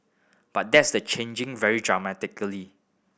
but that's the changing very dramatically